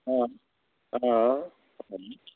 अँ अँ